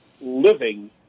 Living